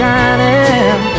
Shining